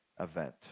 event